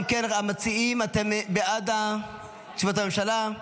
אם כן, המציעים, אתם בעד הצעת הממשלה.